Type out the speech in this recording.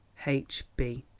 h b.